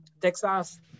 Texas